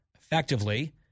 effectively